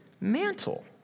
mantle